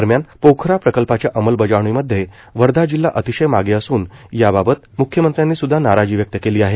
दरम्यान पोखरा प्रकल्पाच्या अंमलबजावणीमध्ये वर्धा जिल्हा अतिशय मागे असून याबाबत म्ख्यमंत्र्यांनी सुद्धा नाराजी व्यक्त केली आहे